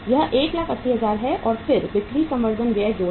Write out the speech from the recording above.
यह 180000 है और फिर बिक्री संवर्धन व्यय जोड़ें